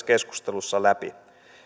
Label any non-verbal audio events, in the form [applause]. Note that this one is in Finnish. [unintelligible] keskustelussa läpi